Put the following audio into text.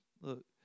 look